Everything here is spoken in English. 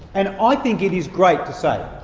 and i think it is great to say,